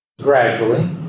gradually